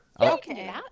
Okay